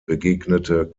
begegnete